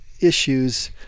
issues